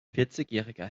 vierzigjähriger